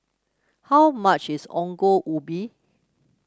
how much is Ongol Ubi